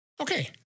Okay